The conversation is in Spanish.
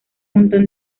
montón